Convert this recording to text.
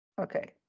Okay